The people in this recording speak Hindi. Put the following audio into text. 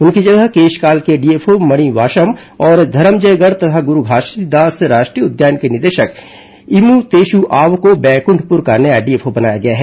उनकी जगह केशकाल के डीएफओ मणि वाषम को धरमजयगढ़ तथा गुरू घासीदास राष्ट्रीय उद्यान के निदेशक इमू तेशु आव को बैकुंठपुर का नया डीएफओ बनाया गया है